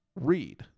read